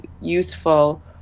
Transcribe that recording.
useful